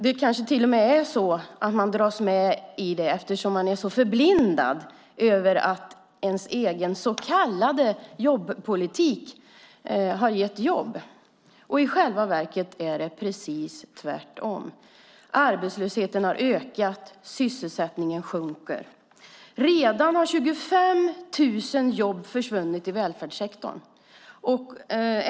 Det kanske till och med var så att Göran Hägglund drogs med för att han är så förblindad av illusionen att den egna så kallade jobbpolitiken har gett jobb. I själva verket är det precis tvärtom. Arbetslösheten har ökat och sysselsättningen sjunker. Redan har 25 000 jobb försvunnit i välfärdssektorn.